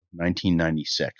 1996